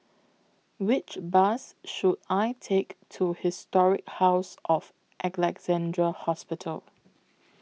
Which Bus should I Take to Historic House of Alexandra Hospital